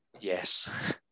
Yes